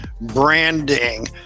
branding